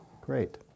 great